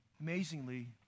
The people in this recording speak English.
Amazingly